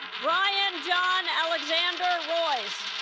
brian john alexander royes